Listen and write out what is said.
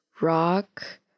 rock